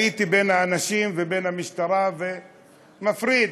הייתי בין האנשים ובין המשטרה, ומפריד.